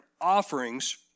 offerings